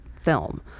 film